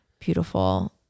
beautiful